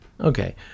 Okay